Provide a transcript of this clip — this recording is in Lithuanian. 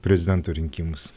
prezidento rinkimus